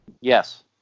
yes